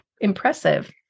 impressive